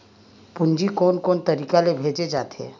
पूंजी कोन कोन तरीका ले भेजे जाथे?